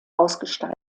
ausgestaltet